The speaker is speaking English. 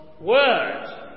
word